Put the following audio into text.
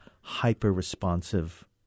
hyper-responsive